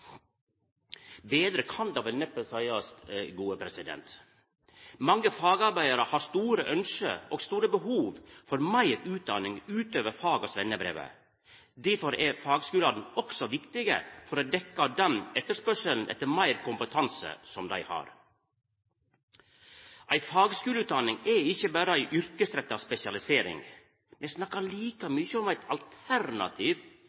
Betre kan det vel neppe seiast. Mange fagarbeidarar har store ønske og store behov for meir utdanning, utover fag- og sveinebrevet. Difor er fagskulane viktige for å dekkja denne etterspurnaden etter meir kompetanse. Ei fagskuleutdanning er ikkje berre ei yrkesretta spesialisering. Me snakkar like